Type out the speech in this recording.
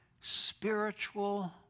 spiritual